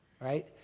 right